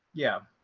yeah.